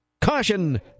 caution